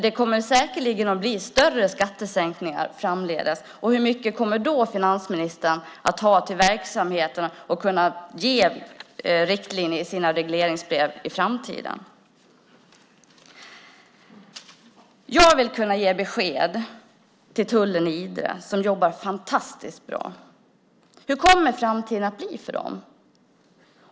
Det kommer säkerligen att bli större skattesänkningar framdeles, och hur mycket kommer finansministern då att ha till verksamheterna och för att kunna ge riktlinjer i sina regleringsbrev i framtiden? Jag vill kunna ge besked till tullen i Idre, som jobbar fantastiskt bra. Hur kommer framtiden att bli för dem?